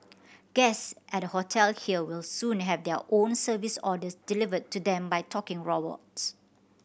guests at a hotel here will soon have their room service orders delivered to them by talking robots